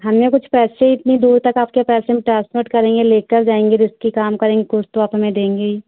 हमने कुछ पैसे इतनी दूर तक आपके पैसे हम ट्रान्सपोर्ट करेंगे लेकर जाएँगे रिस्की काम करेंगे कुछ तो आप हमें देंगी ही